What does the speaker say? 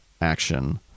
action